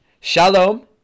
shalom